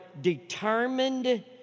determined